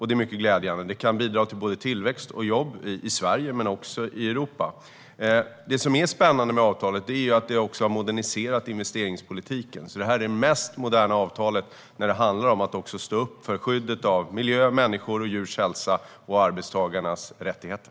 Det är mycket glädjande. Det kan bidra till både tillväxt och jobb i Sverige och i Europa. Det som är spännande med avtalet är att det också har moderniserat investeringspolitiken. Det är det mest moderna avtalet när det handlar om att stå upp för skyddet av miljö, människors och djurs hälsa samt arbetstagares rättigheter.